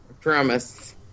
promise